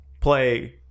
play